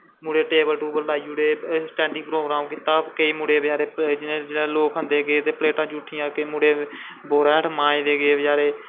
मुड़े टेवल टूवल लाई ओड़े स्टैंडिंग प्रोग्राम कीता केईं मुड़े बचैरे लोग खंदे गे ते प्लेटां जूट्ठियां मुड़े बड़ा हेठ मांजदे गे बचैरे